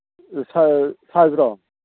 ꯁꯥꯏꯁꯂꯣ